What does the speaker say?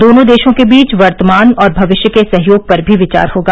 दोनों देशों के बीच वर्तमान और भविष्य के सहयोग पर भी विचार होगा